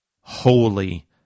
holy